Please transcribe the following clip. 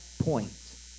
point